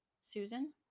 susan